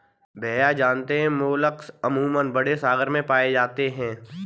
भैया जानते हैं मोलस्क अमूमन बड़े सागर में पाए जाते हैं